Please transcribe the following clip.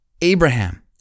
Abraham